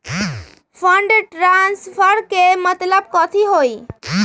Fund transfer के मतलब कथी होई?